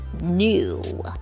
new